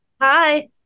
Hi